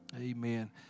Amen